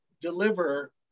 deliver